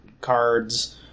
cards